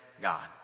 God